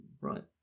right